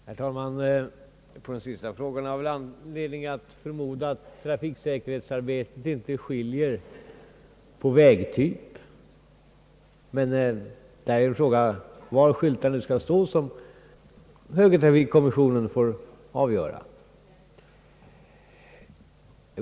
Herr talman! På de sista frågorna i herr Sveningssons anförande har jag anledning förmoda att man i trafiksäkerhetsarbetet inte gör åtskillnad mellan olika vägtyper. Var skyltarna skall stå är emellertid en fråga som högertrafikkommissionen får avgöra.